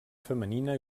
femenina